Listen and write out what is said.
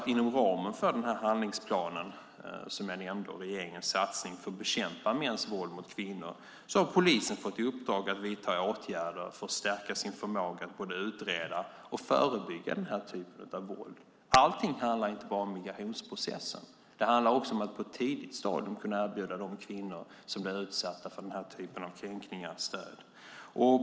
Inom ramen för handlingsplanen som jag nämnde och regerings satsning för att bekämpa mäns våld mot kvinnor har till exempel polisen fått i uppdrag att vidta åtgärder för att stärka sin förmåga att både utreda och förebygga den typen av våld. Allting handlar inte bara om migrationsprocessen. Det handlar också om att på ett tidigt stadium kunna erbjuda de kvinnor som blir utsatta för den här typen av kränkningar stöd.